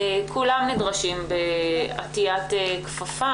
שכולם נדרשים בעטיית מסכה,